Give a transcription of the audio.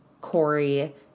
Corey